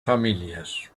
familias